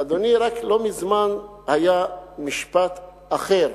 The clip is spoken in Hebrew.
אדוני, לא מזמן היה משפט אחר,